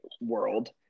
world